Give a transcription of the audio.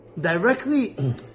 directly